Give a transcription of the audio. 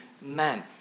man